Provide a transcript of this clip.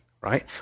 right